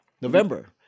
November